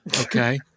Okay